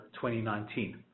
2019